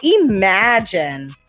imagine